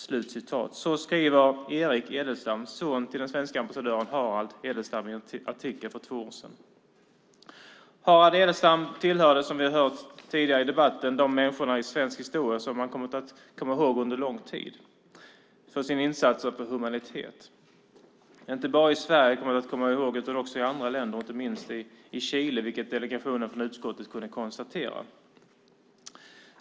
Så skrev Erik Edelstam, son till den svenska ambassadören Harald Edelstam, i en artikel för två år sedan. Harald Edelstam tillhör, som vi hört tidigare i debatten här, de människor i svensk historia som man kommit att under en lång tid minnas för deras insatser för humaniteten. Inte bara i Sverige kommer vi att minnas honom. Också i andra länder, inte minst i Chile, gör man det, vilket utskottsdelegationen kunnat konstatera.